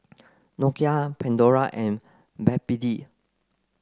Nokia Pandora and Backpedic